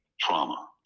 trauma